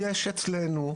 יש אצלנו,